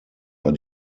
are